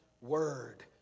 word